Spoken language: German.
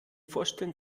vorstellen